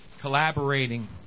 collaborating